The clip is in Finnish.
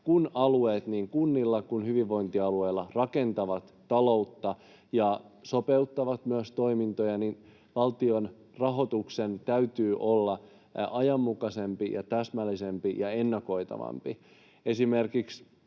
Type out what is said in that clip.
kun alueet niin kunnilla kuin hyvinvointialueilla rakentavat taloutta ja sopeuttavat myös toimintoja, eli valtion rahoituksen täytyy olla ajanmukaisempi ja täsmällisempi ja ennakoitavampi.